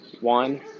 one